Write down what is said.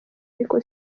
ariko